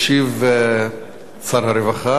ישיב שר הרווחה.